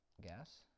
Gas